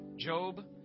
Job